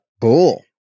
Cool